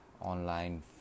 online